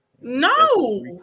No